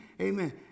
amen